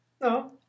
No